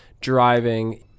driving